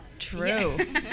True